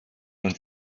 non